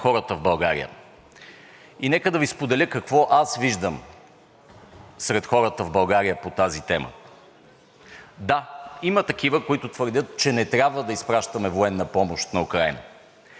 Да, има такива, които твърдят, че не трябва да изпращаме военна помощ на Украйна. Има и такива, които твърдят, че сме безкрайно закъснели. Има и такива, които темата изобщо не ги интересува.